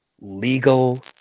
legal